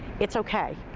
it's okay.